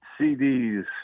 CDs